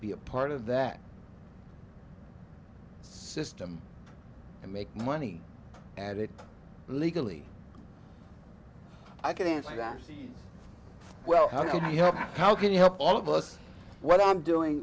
be a part of that system and make money at it legally i can answer that well how can i help how can you help all of us what i'm doing